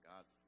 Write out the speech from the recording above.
God